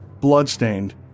Bloodstained